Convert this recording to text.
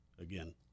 again